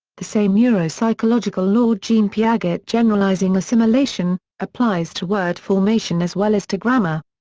the same neuropsychological law jean piaget generalizing assimilation applies to word formation as well as to grammar.